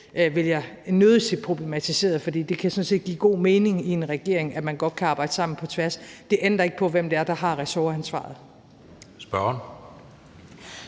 vil jeg nødig se problematiseret, for det kan sådan set give god mening i en regering, at man godt kan arbejde sammen på tværs. Det ændrer ikke på, hvem det er, der har ressortansvaret. Kl.